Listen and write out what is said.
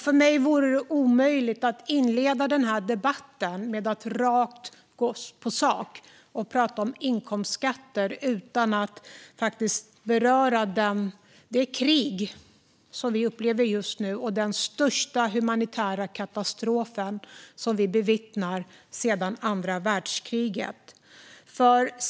För mig vore det omöjligt att inleda mitt anförande i den här debatten med att gå rakt på sak och prata om inkomstskatter utan att beröra det krig som vi just nu upplever och den största humanitära katastrof som vi bevittnat sedan andra världskriget.